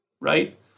right